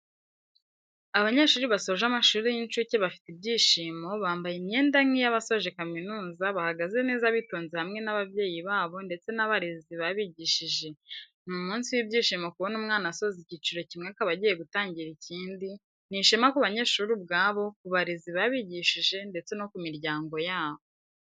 Abanyeshuri basoje amashuri y'incuke bafite ibyishimo, bambaye imyenda nk'iyabasoje kaminuza bahagaze neza bitonze hamwe n'ababyeyi babo ndetse n'abarezi babigishije ni umunsi w'ibyishimo kubona umwana asoza ikiciro kimwe akaba agiye gutangira ikindi, ni ishema ku banyeshuri ubwabo, ku barezi babigishije ndetse no ku miryango yabo.